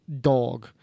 dog